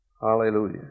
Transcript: Hallelujah